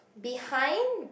behind